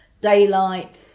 daylight